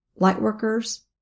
lightworkers